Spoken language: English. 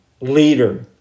leader